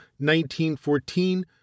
1914